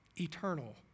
eternal